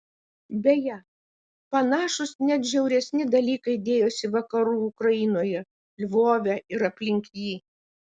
beje panašūs net žiauresni dalykai dėjosi vakarų ukrainoje lvove ir aplink jį